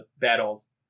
battles